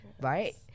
right